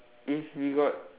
if we got